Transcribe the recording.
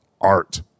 art